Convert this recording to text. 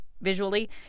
visually